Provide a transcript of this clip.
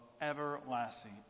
everlasting